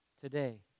Today